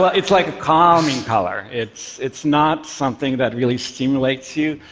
but it's like a calming color, it's it's not something that really stimulates you.